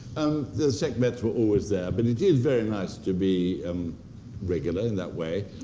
the segments were always there, but it is very nice to be um regular in that way.